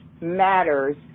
matters